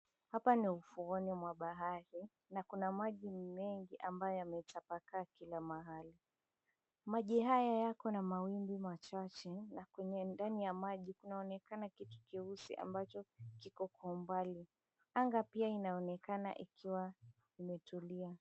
Hapa ni ufuoni mwa bahari, na kuna maji mengi ambayo yametapakaa kila mahali. Maji haya yako na mawimbi machache, na kwenye ndani ya maji kunaonekana kitu cheusi ambacho kiko kwa umbali, anga pia inaonekana ikiwa imetulia.